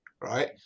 right